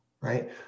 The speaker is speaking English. right